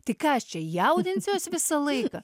tik ką aš čia jaudinsiuos visą laiką